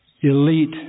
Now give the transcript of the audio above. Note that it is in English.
elite